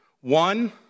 One